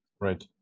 right